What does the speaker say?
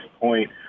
point